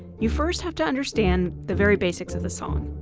you first have to understand the very basics of the song.